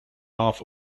half